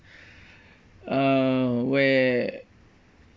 uh where